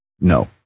No